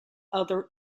other